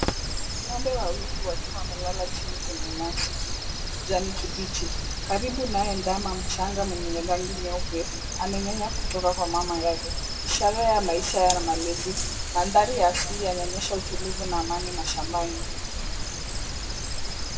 Ng'ombe wawili wakiwa wamelala chini kwenye nyasi kijani kibichi. Karibu naye ndama mchanga mwenye rangi nyeupe amenyonya kutoka kwa mama yake, ishara ya maisha ya malezi. Mandhari ya asili yanaonyesha utulivu na amani mashambani.